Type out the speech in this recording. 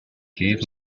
gave